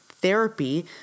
Therapy